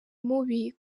mubi